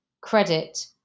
credit